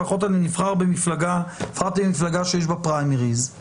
לפחות אני נבחרתי במפלגה שיש בה פריימריז,